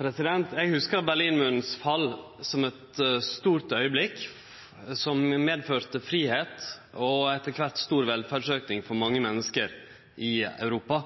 historiebøkene. Eg hugsar Berlinmurens fall som ein stor augeblink som medførte fridom og etter kvart ein stor velferdsauke for mange menneske i Europa.